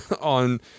on